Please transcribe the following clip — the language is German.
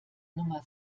nummer